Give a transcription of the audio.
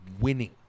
winning